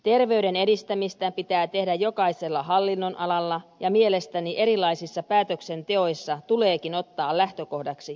terveyden edistämistä pitää tehdä jokaisella hallinnonalalla ja mielestäni erilaisissa päätöksenteoissa tuleekin ottaa lähtökohdaksi ennaltaehkäisy